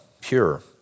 pure